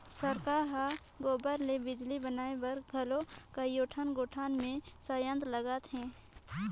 सरकार हर गोबर ले बिजली बनाए बर घलो कयोठन गोठान मे संयंत्र लगात हे